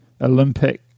Olympic